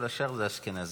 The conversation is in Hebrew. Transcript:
כל השאר זה אשכנזים,